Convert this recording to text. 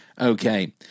Okay